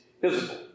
physical